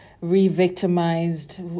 re-victimized